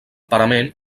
parament